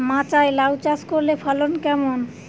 মাচায় লাউ চাষ করলে ফলন কেমন?